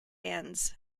ends